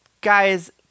guys